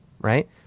right